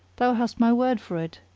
thou hast my word for it,